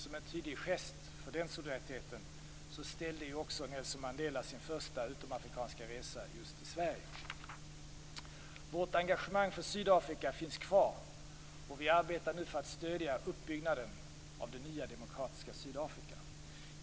Som en tydligt gest för den solidariteten ställde ju också Nelson Mandela sin första utomafrikanska resa just till Sverige. Vårt engagemang för Sydafrika finns kvar. Vi arbetar nu för att stödja uppbyggnaden av det nya demokratiska Sydafrika.